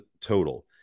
total